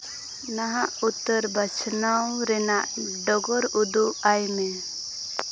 ᱱᱟᱦᱟᱜ ᱩᱛᱛᱚᱨ ᱵᱟᱪᱷᱱᱟᱣ ᱨᱮᱱᱟᱜ ᱰᱚᱜᱚᱨ ᱩᱫᱩᱜᱼᱟᱭ ᱢᱮ